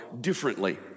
differently